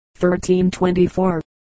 1324